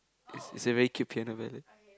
is is a very cute piano ballad